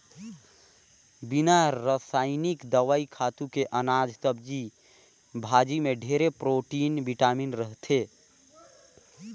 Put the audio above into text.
बिना रसइनिक दवई, खातू के अनाज, सब्जी भाजी में ढेरे प्रोटिन, बिटामिन रहथे